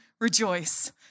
rejoice